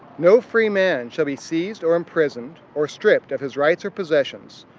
no free man shall be seized or imprisoned, or stripped of his rights or possessions,